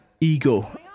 ego